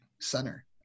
center